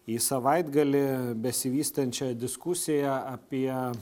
į savaitgalį besivystančią diskusiją apie